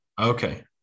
Okay